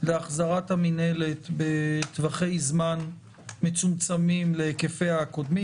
להחזרת המינהלת בטווחי זמן מצומצמים להיקפיה הקודמים?